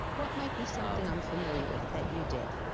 what might be something i'm familiar with that you did?